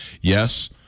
yes